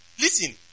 Listen